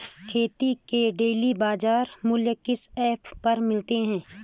खेती के डेली बाज़ार मूल्य किस ऐप पर मिलते हैं?